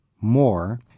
more